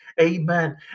amen